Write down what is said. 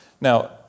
Now